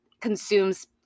consumes